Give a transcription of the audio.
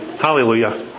Hallelujah